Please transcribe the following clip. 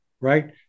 Right